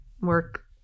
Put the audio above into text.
work